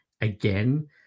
again